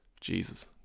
Jesus